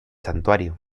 santuario